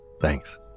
Thanks